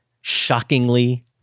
shockingly